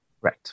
Right